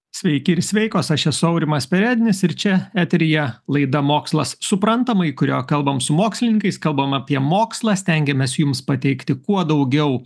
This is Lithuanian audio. sveiki ir sveikos aš esu aurimas perednis ir čia eteryje laida mokslas suprantamai kurio kalbam su mokslininkais kalbam apie mokslą stengiamės jums pateikti kuo daugiau